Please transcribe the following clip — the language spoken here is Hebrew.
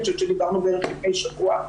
אני חושבת שדיברנו לפני שבוע,